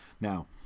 now